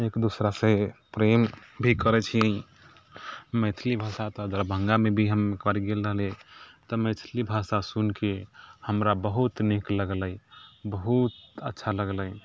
एक दूसरा से प्रेम भी करैत छी मैथिली भाषा तऽ दरभङ्गामे भी हम एक बार गेल रहली तऽ मैथिली भाषा सुनिके हमरा बहुत नीक लगलै बहुत अच्छा लगलै